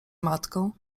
matką